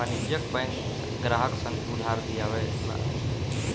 वाणिज्यिक बैंक ग्राहक सन के उधार दियावे ला